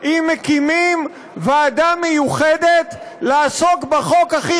אם מקימים ועדה מיוחדת לעסוק בחוק הכי